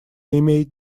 имеет